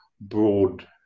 broad